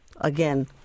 again